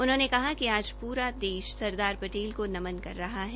उन्होंने कहा कि आज पूरा देश सरदार पटेल का नमन कर रहा है